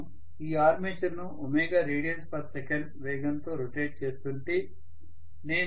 నేను ఈ ఆర్మేచర్ను ω rads వేగంతో రొటేట్ చేస్తుంటే